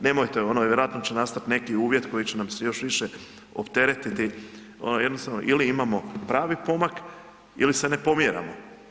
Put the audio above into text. Nemojte ono, vjerojatno će nastat neki uvjet koji će nam se još više opteretiti, ono jednostavno ili imamo pravi pomak ili se ne pomjeramo.